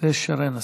ושרן השכל,